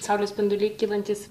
saulės spinduliai kylantys